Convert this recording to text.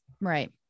right